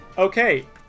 Okay